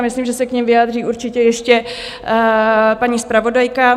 Myslím, že se k nim vyjádří určitě ještě paní zpravodajka.